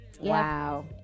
Wow